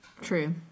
True